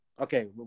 okay